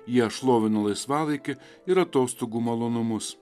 jie šlovino laisvalaikį ir atostogų malonumus